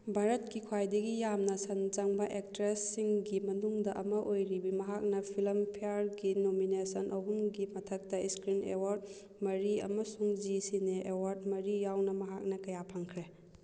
ꯚꯥꯔꯠꯀꯤ ꯈ꯭ꯋꯥꯏꯗꯒꯤ ꯌꯥꯝꯅ ꯁꯟ ꯆꯪꯕ ꯑꯦꯛꯇ꯭ꯔꯦꯁꯁꯤꯡꯒꯤ ꯃꯅꯨꯡꯗ ꯑꯃ ꯑꯣꯏꯔꯤꯕꯤ ꯃꯍꯥꯛꯅ ꯐꯤꯂꯝ ꯐꯤꯌꯔꯒꯤ ꯅꯣꯃꯤꯅꯦꯁꯟ ꯑꯍꯨꯝꯒꯤ ꯃꯊꯛꯇ ꯏꯁꯀ꯭ꯔꯤꯟ ꯑꯦꯋꯥꯔꯠ ꯃꯔꯤ ꯑꯃꯁꯨꯡ ꯖꯤ ꯁꯤꯅꯦ ꯑꯦꯋꯥꯔꯠ ꯃꯔꯤ ꯌꯥꯎꯅ ꯃꯍꯥꯛꯅ ꯀꯌꯥ ꯐꯪꯈ꯭ꯔꯦ